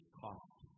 cost